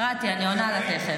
תקראי את הצעת האי-אמון שלנו.